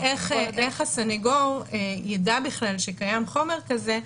איך הסנגור יידע בכלל שקיים חומר כזה.